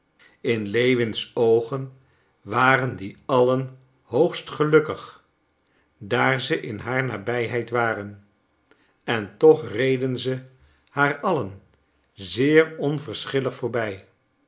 in lewins oogen waren die allen hoogst gelukkig daar ze in haar nabijheid waren en toch reden ze haar allen zeer onverschillig voorbij